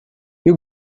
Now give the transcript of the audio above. you